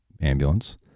ambulance